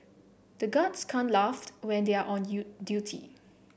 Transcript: the guards can't laugh when they are on duty